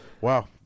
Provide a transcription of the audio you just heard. wow